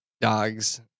dogs